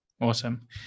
Awesome